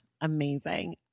Amazing